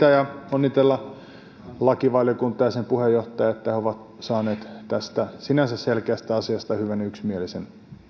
onnitella lakivaliokuntaa ja sen puheenjohtajaa että he ovat saaneet tästä sinänsä selkeästä asiasta hyvän ja yksimielisen